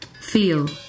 Feel